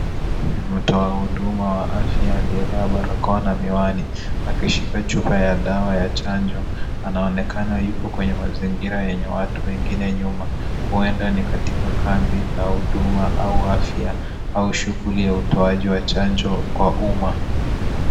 Mtoahuduma wa afya aliyevaa barakoa na miwani akishika chupa ya dawa ya chanjo. Anaonekana yuko kwenye mazingira yanye watu wengine nyuma, huenda ni katika kambi la huduma au afya au shughuli ya utoaji wa chanjo kwa umma.